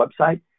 website